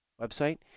website